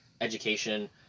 education